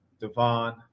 Devon